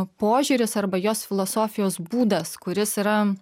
požiūris arba jos filosofijos būdas kuris yra